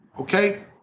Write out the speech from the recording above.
Okay